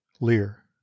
Lear